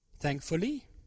thankfully